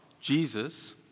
Jesus